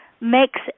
makes